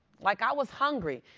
like, i was hungry.